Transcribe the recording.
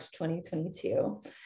2022